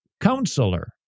counselor